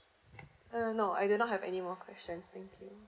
err no I do not have any more questions thank you